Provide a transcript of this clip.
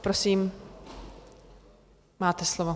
Prosím, máte slovo.